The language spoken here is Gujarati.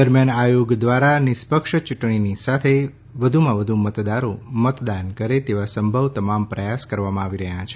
દરમ્યાન આયોગ દ્વારા નિષ્પક્ષ યૂંટણીની સાથે સાથે વધુમાં વધુ મતદારો મતદાન કરે તેવા સંભવ તમામ પ્રયાસ કરવામાં આવી રહ્યા છે